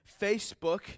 Facebook